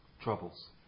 Troubles